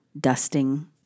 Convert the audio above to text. dusting